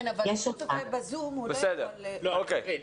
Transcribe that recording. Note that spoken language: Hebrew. רחלי,